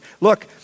Look